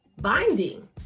binding